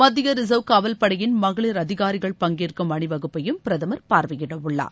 மத்திய ரிசர்வ் காவல் படையின் மகளிர் அதிகாரிகள் பங்கேற்கும் அணிவகுப்பையும் பிரதமர் பார்வையிடவுள்ளார்